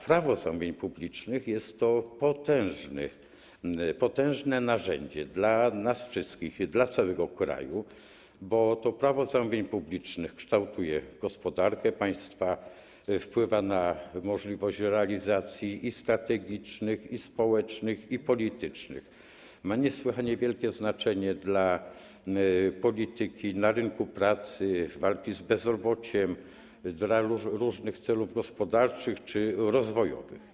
Prawo zamówień publicznych jest to potężne narzędzie dla nas wszystkich, dla całego kraju, bo Prawo zamówień publicznych kształtuje gospodarkę państwa, wpływa na możliwość realizacji strategicznych celów społecznych i politycznych, ma niesłychanie wielkie znaczenie dla polityki rynku pracy, walki z bezrobociem, dla różnych celów gospodarczych czy rozwojowych.